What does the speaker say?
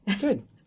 good